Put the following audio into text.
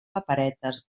paperetes